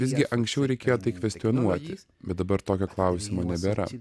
visgi anksčiau reikėjo tai kvestionuoti bet dabar tokio klausimo nebėra